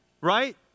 right